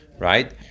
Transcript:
Right